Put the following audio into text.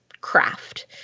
craft